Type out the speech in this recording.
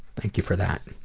thank you for that.